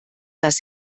dass